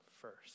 first